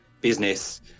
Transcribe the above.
business